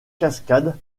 cascade